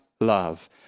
love